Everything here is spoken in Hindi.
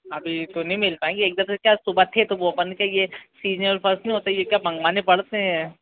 अभी तो नहीं मिल पाएंगे तो वो अपन के ये सीजनेबल फल कब मँगवाने पड़ते हैं